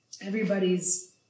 Everybody's